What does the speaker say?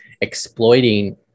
exploiting